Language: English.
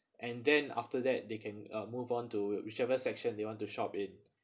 and then after that they can uh move on to whichever section they want to shop in